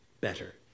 better